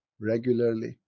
regularly